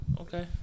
Okay